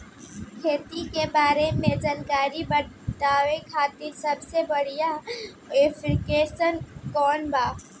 खेती के बारे में जानकारी बतावे खातिर सबसे बढ़िया ऐप्लिकेशन कौन बा?